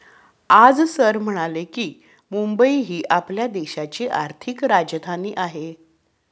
आज सर म्हणाले की, मुंबई ही आपल्या देशाची आर्थिक राजधानी आहे